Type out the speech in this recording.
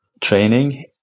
training